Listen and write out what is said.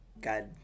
God